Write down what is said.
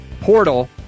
portal